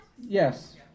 Yes